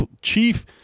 chief